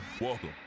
Welcome